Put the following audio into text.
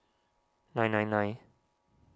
nine nine nine